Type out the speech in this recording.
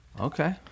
Okay